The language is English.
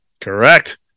Correct